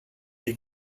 les